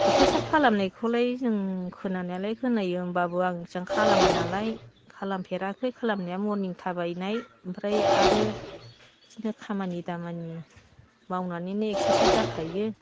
exercise खालामनायखौलाय जों खोनानायालाय खोनायो होमब्लाबो आं इसां खालामानालाय खालामफेराखै खालामनाया मर्निं थाबायनाय ओमफ्राय आरो बिदिनो खामानि दामानि मावनानैनो एक्सारसाइस जाखायो